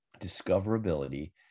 discoverability